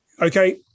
Okay